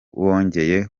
bongeye